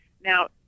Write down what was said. Now